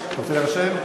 אתה רוצה להירשם?